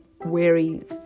weary